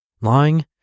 Lying